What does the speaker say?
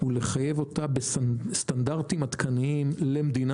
ולחייב אותה בסטנדרטים עדכניים למדינה